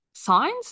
signs